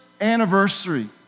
anniversary